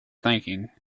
thinking